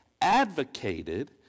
advocated